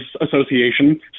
association